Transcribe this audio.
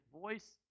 voice